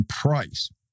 price